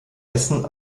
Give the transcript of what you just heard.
essen